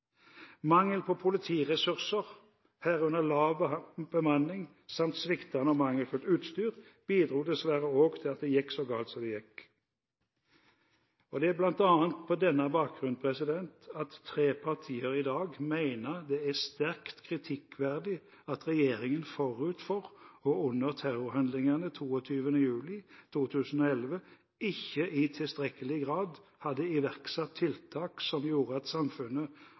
Mangel på politiressurser, herunder lav bemanning, samt sviktende og mangelfullt utstyr bidro dessverre også til at det gikk så galt som det gikk. Det er bl.a. på denne bakgrunn at tre partier i dag mener det er sterkt kritikkverdig at regjeringen forut for og under terrorhandlingene 22. juli 2011 ikke i tilstrekkelig grad hadde iverksatt tiltak som gjorde at samfunnet